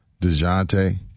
DeJounte